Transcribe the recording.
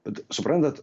bet suprantat